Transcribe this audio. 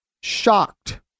shocked